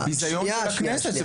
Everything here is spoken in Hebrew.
זה ביזיון של הכנסת.